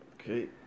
Okay